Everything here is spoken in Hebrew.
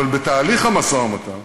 אבל בתהליך המשא-ומתן,